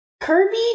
Kirby